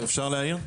אפשר להעיר?